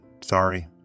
sorry